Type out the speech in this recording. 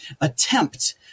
attempt